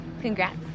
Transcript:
congrats